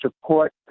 support